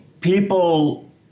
people